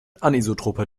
anisotroper